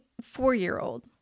four-year-old